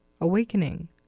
Awakening